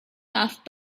laughed